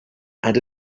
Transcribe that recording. and